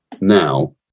now